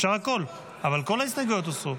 אפשר הכול ?אבל כל ההסתייגויות הוסרו.